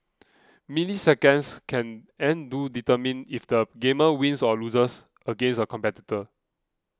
milliseconds can and do determine if the gamer wins or loses against a competitor